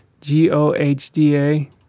G-O-H-D-A